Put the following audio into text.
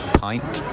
pint